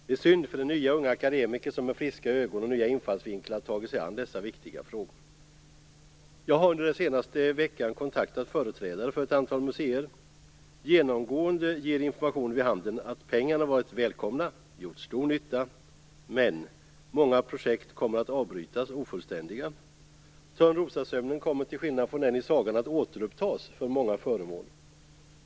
Det är synd om de nya unga akademiker som med friska ögon och nya infallsvinklar har tagit sig an dessa viktiga frågor. Jag har under den senaste veckan kontaktat företrädare för ett antal museum. Genomgående ger informationen vid handen att pengarna har varit välkomna och gjort stor nytta. Men många projekt kommer att avbrytas ofullständiga. Törnrosasömnen kommer till skillnad från i sagan att återupptas när det gäller många föremål.